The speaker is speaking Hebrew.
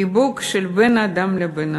חיבוק של בן-אדם לבן-אדם.